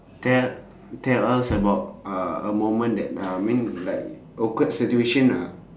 tell tell us about uh a moment that I mean like awkward situation lah